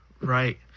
Right